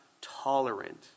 tolerant